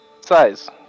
Size